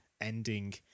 ending